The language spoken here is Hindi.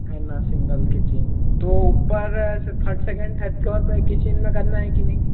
हैं न सिंगल किचेन तो पर फस्ट सेकेंड थर्ड फ्लोर में किचेन में करना है के नहीं